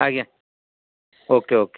ଆଜ୍ଞା okay okay